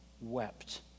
wept